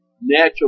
natural